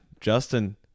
justin